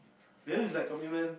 this like commitment